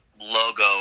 logo